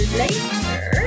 later